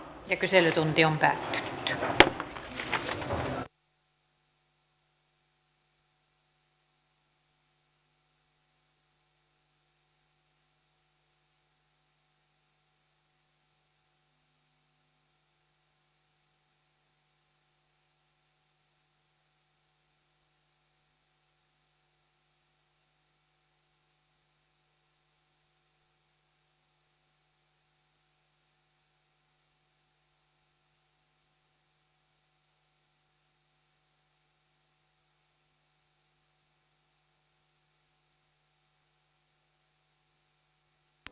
kysymyksen käsittely päättyi